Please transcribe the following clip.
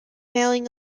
mailing